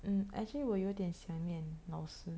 mm actually 我有点想念老师